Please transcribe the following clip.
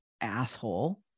asshole